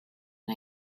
and